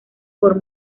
por